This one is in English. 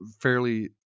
fairly